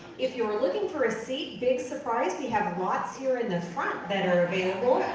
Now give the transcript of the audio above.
if you are looking for a seat, big surprise, we have lots here in the front that are available.